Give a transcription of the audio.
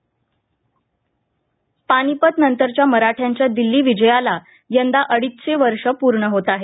पानिपत पानिपतनंतरच्या मराठ्यांच्या दिल्ली विजयाला यंदा अडीचशे वर्षं पूर्ण होत आहेत